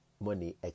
money